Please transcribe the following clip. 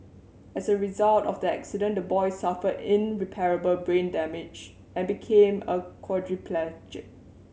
as a result of the accident the boy suffered irreparable brain damage and became a quadriplegic